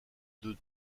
deux